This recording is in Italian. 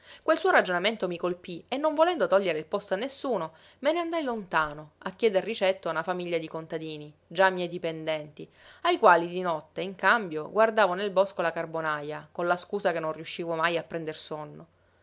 quel suo ragionamento mi colpí e non volendo togliere il posto a nessuno me ne andai lontano a chieder ricetto a una famiglia di contadini gia miei dipendenti ai quali di notte in cambio guardavo nel bosco la carbonaja con la scusa che non riuscivo mai a prender sonno